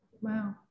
Wow